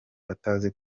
atazi